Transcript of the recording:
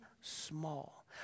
small